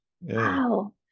Wow